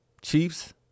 Chiefs